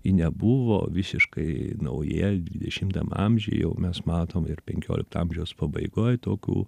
ji nebuvo visiškai nauja dvidešimtam amžiuj jau mes matom ir penkiolikto amžiaus pabaigoj tokių